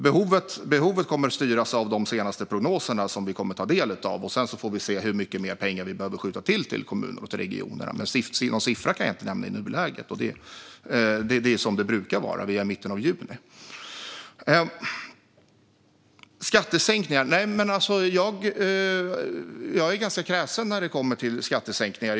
Behoven kommer att visa sig i de prognoser vi kommer att ta del av. Sedan får vi se hur mycket mer pengar vi behöver tillskjuta till kommuner och regioner. Men någon siffra kan jag inte nämna i nuläget. Det är som det brukar vara; vi är i mitten av juni. När det gäller skattesänkningar är jag ganska kräsen.